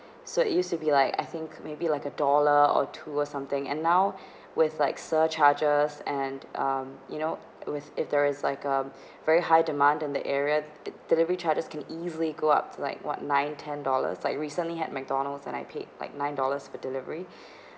so it used to be like I think maybe like a dollar or two or something and now with like surcharges and um you know with if there is like a very high demand in the area the delivery charges can easily go up like what nine ten dollars I recently had mcdonald's and I paid like nine dollars for delivery